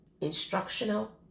instructional